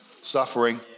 suffering